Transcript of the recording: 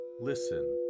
listen